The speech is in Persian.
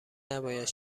نباید